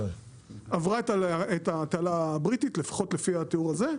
עברה את התעלה הבריטית לפחות לפי התיאור הזה,